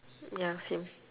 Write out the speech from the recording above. ya same